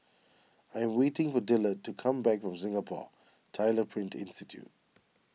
I am waiting for Dillard to come back from Singapore Tyler Print Institute